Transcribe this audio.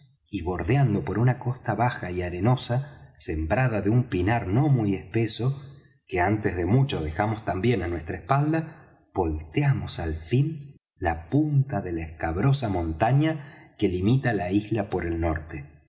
y bordeando por una costa baja y arenosa sembrada de un pinar no muy espeso que antes de mucho dejamos también á nuestra espalda volteamos al fin la punta de la escabrosa montaña que limita la isla por el norte